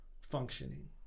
functioning